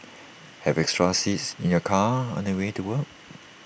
have extra seats in your car on the way to work